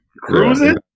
cruising